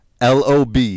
LOB